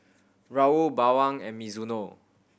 Raoul Bawang and Mizuno